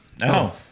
No